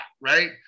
right